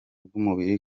bw’umubiri